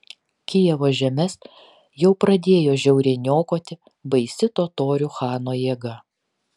kijevo žemes jau pradėjo žiauriai niokoti baisi totorių chano jėga